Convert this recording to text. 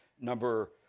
number